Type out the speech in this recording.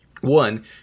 One